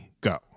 go